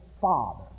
father